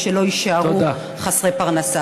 שלא יישארו חסרי פרנסה.